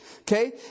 Okay